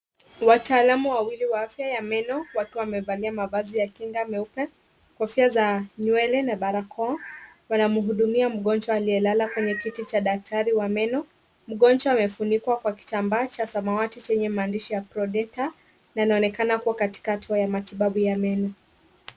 Wataalum wawili wa afya ya meno wakiwa wamevalia mavazi ya kinga meupe, kofia za nywele na barakoa wanamhudumia mgonjwa aliyelala kwenye kiti cha daktari wa meno. Mgonjwa amefunikwa kwa kitambaa cha samawati chenye maandishi ya prodetor na anaonekana kuwa katika hatua ya matibabu ya meno.